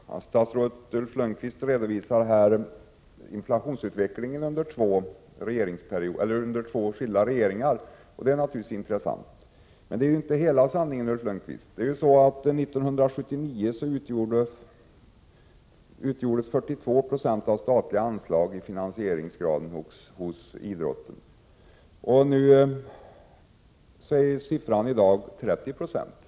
Herr talman! Statsrådet Ulf Lönnqvist redovisar inflationsutvecklingen under två skilda regeringar. Det är naturligtvis intressant, men det är inte hela sanningen. År 1979 var finansieringsgraden hos idrotten med statliga anslag 42 96. Den siffran är i dag 30 20.